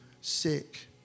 sick